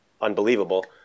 unbelievable